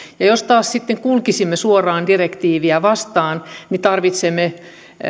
jos taas sitten kulkisimme suoraan direktiiviä vastaan niin tarvitsemme